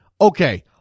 Okay